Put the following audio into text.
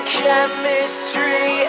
chemistry